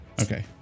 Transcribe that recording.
Okay